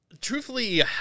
truthfully